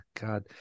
God